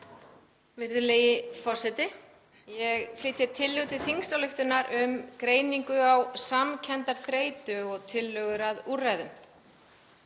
Virðulegi forseti. Ég flyt hér tillögu til þingsályktunar um greiningu á samkenndarþreytu og tillögur að úrræðum.